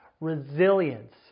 resilience